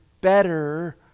better